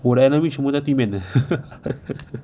我的 enemy 全部在对面的